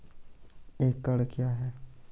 एकड कया हैं?